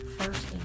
first